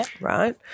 right